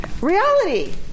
reality